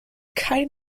kein